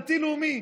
דתי-לאומי,